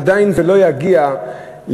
עדיין זה לא יגיע למשהו,